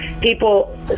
people